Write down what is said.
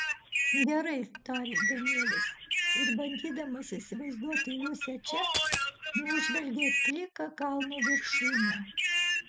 gerai tarė danielis ir bandydamas įsivaizduoti liusę čia nužvelgė pliką kalno viršūnę